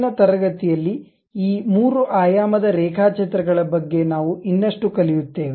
ಮುಂದಿನ ತರಗತಿಯಲ್ಲಿ ಈ 3 ಆಯಾಮದ ರೇಖಾಚಿತ್ರಗಳ ಬಗ್ಗೆ ನಾವು ಇನ್ನಷ್ಟು ಕಲಿಯುತ್ತೇವೆ